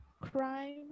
crime